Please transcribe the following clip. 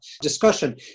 discussion